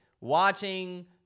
watching